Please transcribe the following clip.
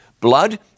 blood